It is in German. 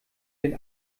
den